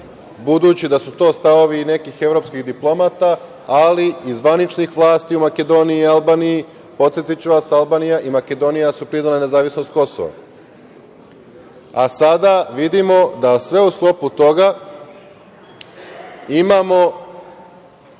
budući da su to stavovi i nekih evropskih diplomata, ali i zvaničnih vlasti u Makedoniji i Albaniji. Podsetiću vas i Albanija i Makedonija su priznale nezavisnost Kosova, a sada vidimo da sve u sklopu toga imamo